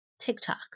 TikTok